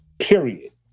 period